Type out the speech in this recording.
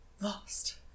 Lost